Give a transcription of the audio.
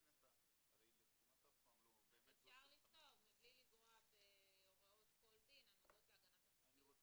לפעמים צריך להעביר לסניגור,